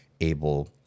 able